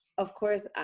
of course,